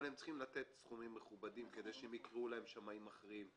אבל הם צריכים לתת סכומים מכובדים כדי שיקראו להם שמאים מכריעים.